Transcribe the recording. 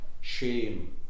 shame